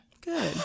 Good